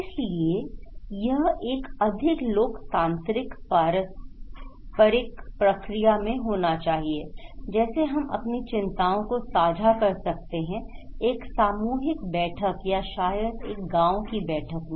इसलिए यह एक अधिक लोकतांत्रिक पारस्परिक प्रक्रिया में होना चाहिए जैसे हम अपनी चिंताओं को साझा कर सकते हैं एक सामूहिक बैठक या शायद एक गांव की बैठक में